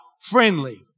friendly